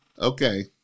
Okay